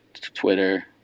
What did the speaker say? Twitter